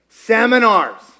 seminars